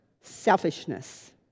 selfishness